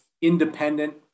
independent